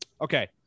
Okay